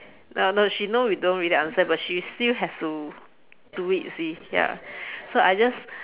uh no she know we don't really understand but she still has to do it you see ya so I just